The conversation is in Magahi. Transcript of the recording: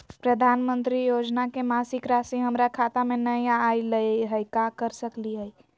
प्रधानमंत्री योजना के मासिक रासि हमरा खाता में नई आइलई हई, का कर सकली हई?